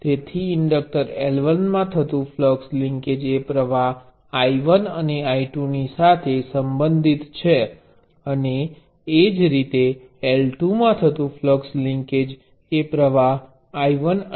તેથી inductor L1 માં થતું ફ્લક્સ લિન્કેજ એ પ્રવાહ I1 અને I2 ની સાથે સંબંધિત છે અને એ જ રીતે L2 માં થતું ફ્લક્સ લિન્કેજ એ પ્રવાહ I1 અને I2 ની સાથે સંબંધિત છે